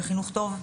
וחינוך טוב.